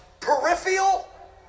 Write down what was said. peripheral